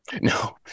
no